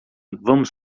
vamos